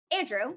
Andrew